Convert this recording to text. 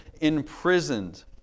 imprisoned